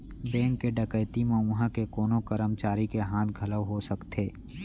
bank के डकैती म उहां के कोनो करमचारी के हाथ घलौ हो सकथे